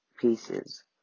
pieces